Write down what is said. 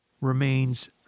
remains